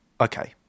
Okay